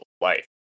life